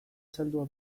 zaldua